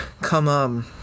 come